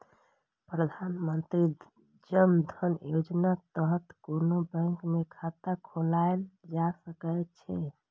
प्रधानमंत्री जन धन योजनाक तहत कोनो बैंक मे खाता खोलाएल जा सकै छै